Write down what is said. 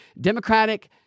Democratic